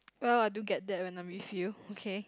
well I do get that when I'm with you okay